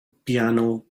piano